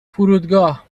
فرودگاه